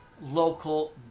local